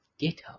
GitHub